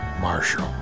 Marshall